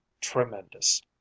tremendous